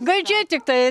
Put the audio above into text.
gaidžiai tiktai